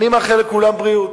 אני מאחל לכולם בריאות.